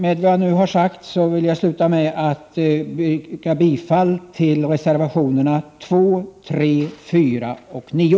Med det jag nu har sagt vill jag yrka bifall till reservationerna 2, 3, 4 och 9.